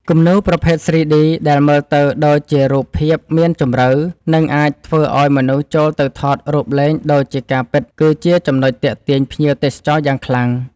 គំនូរប្រភេទ 3D ដែលមើលទៅដូចជារូបភាពមានជម្រៅ និងអាចឱ្យមនុស្សចូលទៅថតរូបលេងដូចជាការពិត គឺជាចំណុចទាក់ទាញភ្ញៀវទេសចរយ៉ាងខ្លាំង។